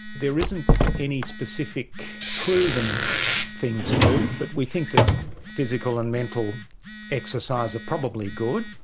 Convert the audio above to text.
there isn't any specific proven thing to do, but we think that physical and mental exercise are probably good.